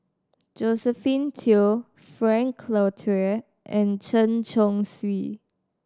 Josephine Teo Frank Cloutier and Chen Chong Swee